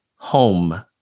home